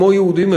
כמו יהודים,